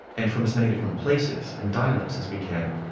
and from as many different places and dialects as we can,